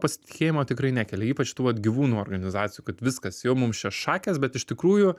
pasitikėjimo tikrai nekelia ypač tų vat gyvūnų organizacijų kad viskas jau mums čia šakės bet iš tikrųjų